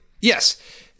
Yes